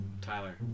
Tyler